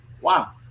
Wow